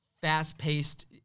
fast-paced